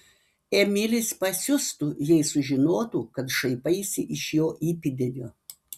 emilis pasiustų jei sužinotų kad šaipaisi iš jo įpėdinio